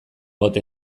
ote